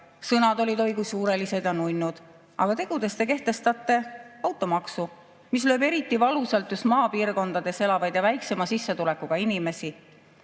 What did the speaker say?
Sõnad olid oi kui suurelised ja nunnud, aga tegudes te kehtestate automaksu, mis lööb eriti valusalt just maapiirkondades elavaid ja väiksema sissetulekuga inimesi,